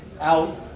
out